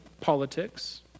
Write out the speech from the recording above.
politics